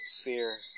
fear